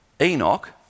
Enoch